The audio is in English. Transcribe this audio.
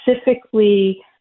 specifically